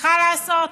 צריכה לעשות,